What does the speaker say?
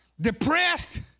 depressed